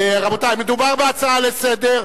רבותי, מדובר בהצעה לסדר-היום.